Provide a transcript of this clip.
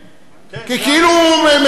כי כאילו הוא מקפח אותך.